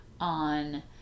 on